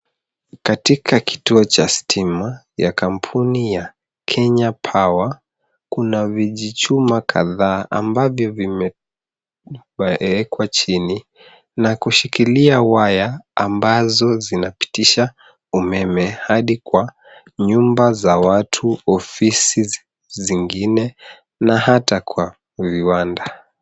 Katika kituo cha stima ya kampuni ya Kenya Power, kuna vijichuma kadhaa ambavyo vimewekwa chini na kushikilia waya ambazo zinapitisha umeme hadi kwa nyumba za watu, ofisi zingine na hata kwa viwanda.